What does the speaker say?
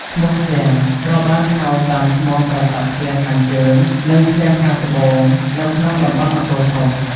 ឈ្មោះ "ឃ្លាំង" ត្រូវបានហៅតាមឈ្មោះប្រាសាទឃ្លាំងខាងជើង និងឃ្លាំងខាងត្បូងនៅក្នុងតំបន់អង្គរធំ។